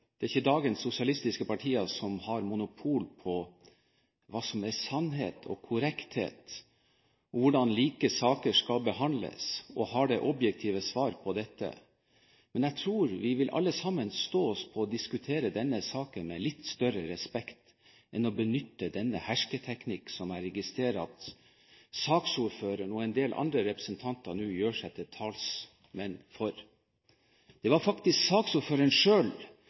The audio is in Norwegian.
det ikke er dagens sosialistiske partier som har monopol på hva som er sannhet, korrekthet og hvordan like saker skal behandles, og har det objektive svaret på dette. Men jeg tror vi alle vil stå oss på å diskutere denne saken med litt større respekt enn å benytte denne hersketeknikken som jeg registrerer at saksordføreren og en del andre representanter nå gjør seg til talsmenn for.